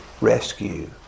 rescue